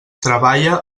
treballa